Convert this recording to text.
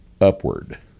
upward